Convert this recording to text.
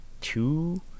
two